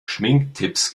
schminktipps